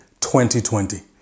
2020